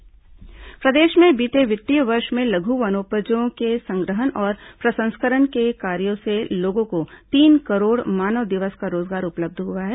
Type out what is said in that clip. लघु वनोपज संग्रहण प्रदेश में बीते वित्तीय वर्ष में लघु वनोपजों के संग्रहण और प्रसंस्करण के कार्यो से लोगों को तीन करोड़ मानव दिवस का रोजगार उपलब्ध हुआ है